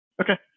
Okay